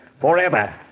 forever